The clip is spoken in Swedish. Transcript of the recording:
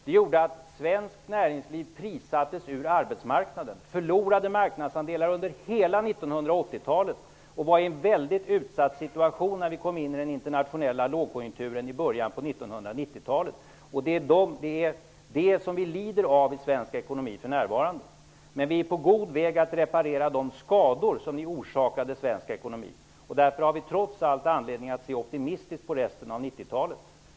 Det gjorde att svenskt näringsliv prissattes ur arbetsmarknaden, förlorade marknadsandelar under hela 1980-talet och befann sig i en väldigt utsatt situation när vi gick in i den internationella lågkonjunkturen i början av 1990-talet. Det är detta som svensk ekonomi lider av för närvarande. Men vi är på god väg att reparera de skador som ni tillfogade svensk ekonomi. Därför har vi trots allt anledning att se optimistiskt på resten av 90-talet.